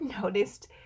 noticed